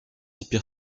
hyper